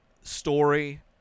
story